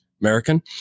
American